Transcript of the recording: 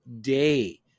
day